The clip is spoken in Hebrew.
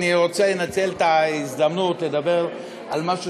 אני רוצה לנצל את ההזדמנות לדבר על משהו